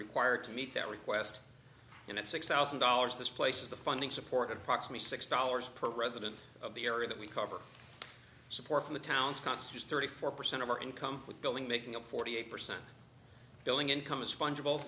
required to meet that request and at six thousand dollars this places the funding support approximately six dollars per resident of the area that we cover support from the town's constitutes thirty four percent of our income with building making a forty eight percent building income as fungible